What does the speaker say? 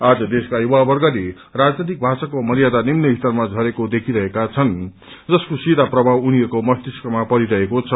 आज देशका युवावर्गले राजनैतिक भाषाको मर्यादा निम्न स्तरमा झरेको देखिरहेका छन् जसको सीधा प्रभाव उनीहरूको मस्तिष्कमा परिरहेको छ